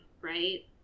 right